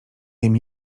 wiem